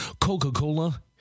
Coca-Cola